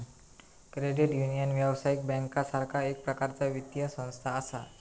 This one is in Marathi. क्रेडिट युनियन, व्यावसायिक बँकेसारखा एक प्रकारचा वित्तीय संस्था असा